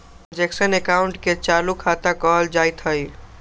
transaction अकाउंटे के चालू खता कहल जाइत हइ